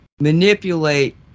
manipulate